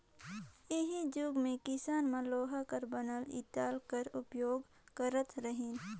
तइहाजुग मे किसान मन लोहा कर बनल इरता कर उपियोग करत रहिन